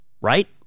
right